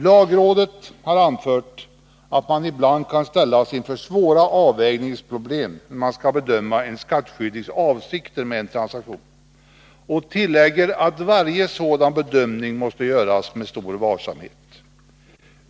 Lagrådet har anfört att man ibland kan ställas inför svåra avvägningsproblem när man skall bedöma en skattskyldigs avsikter med en transaktion och tillägger att varje sådan bedömning måste göras med stor varsamhet.